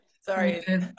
Sorry